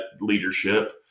leadership